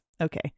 okay